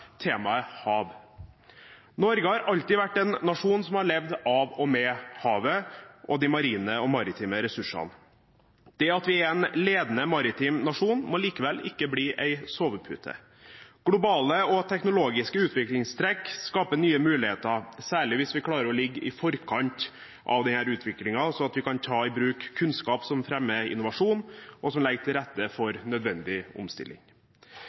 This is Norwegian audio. temaet «hav». Norge har alltid vært en nasjon som har levd av og med havet og de marine og maritime ressursene. Det at vi er en ledende maritim nasjon, må likevel ikke bli en sovepute. Globale og teknologiske utviklingstrekk skaper nye muligheter, særlig hvis vi klarer å ligge i forkant av denne utviklingen slik at vi kan ta i bruk kunnskap som fremmer innovasjon, og som legger til rette for nødvendig omstilling.